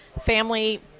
Family